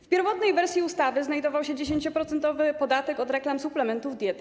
W pierwotnej wersji ustawy znajdował się 10-procentowy podatek od reklam suplementów diety.